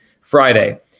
Friday